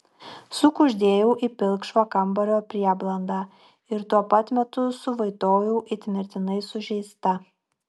sukuždėjau į pilkšvą kambario prieblandą ir tuo pat metu suvaitojau it mirtinai sužeista